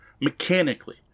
mechanically